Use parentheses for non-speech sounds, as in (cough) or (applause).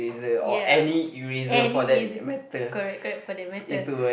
(breath) ya any eraser correct correct for that matter